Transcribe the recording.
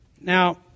Now